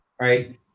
right